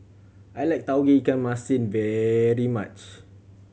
I like Tauge Ikan Masin very much